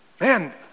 Man